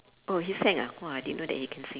oh he sang ah !wah! didn't know that he can sing